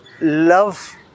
love